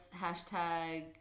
hashtag